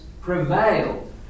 prevailed